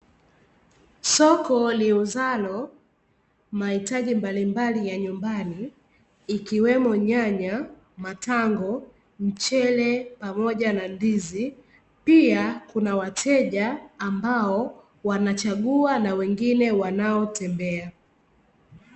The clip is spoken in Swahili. Soko liuzalo mahitaji mbalimbali ya nyumbani ikiwemo nyanya, matango, mchele pamoja na ndizi, pia kuna wateja ambao wanachagua na wengine wanaotembea.